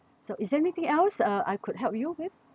so is there anything else uh I could help you with